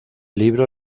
libro